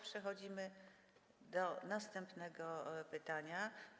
Przechodzimy do następnego pytania.